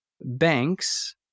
banks